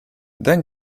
then